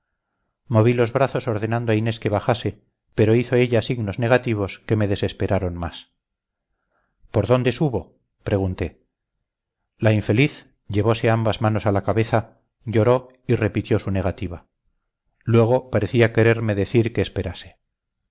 moví los brazos ordenando a inés que bajase pero hizo ella signos negativos que me desesperaron más por dónde subo pregunté la infeliz llevose ambas manos a la cabeza lloró y repitió su negativa luego parecía quererme decir que esperase